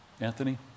Anthony